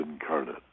incarnate